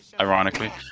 Ironically